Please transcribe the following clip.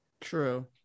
true